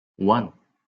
one